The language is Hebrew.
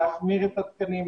להחמיר את התקנים,